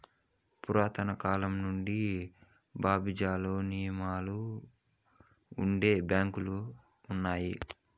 పురాతన కాలం నుండి బాబిలోనియలో నుండే బ్యాంకులు ఉన్నాయి